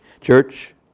Church